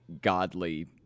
godly